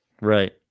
Right